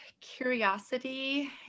curiosity